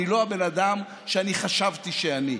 אני לא הבן אדם שאני חשבתי שאני.